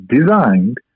designed